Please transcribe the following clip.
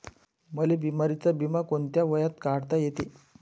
मले बिमारीचा बिमा कोंत्या वयात काढता येते?